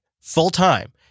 full-time